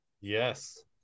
Yes